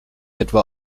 etwa